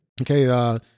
Okay